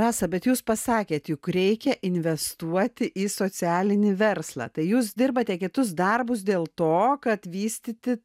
rasa bet jūs pasakėt juk reikia investuoti į socialinį verslą tai jūs dirbate kitus darbus dėl to kad vystyti